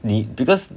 你 because